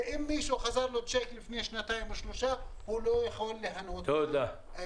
ואם למישהו חזר שיק לפני שנתיים או שלוש הוא לא יכול ליהנות מההלוואות.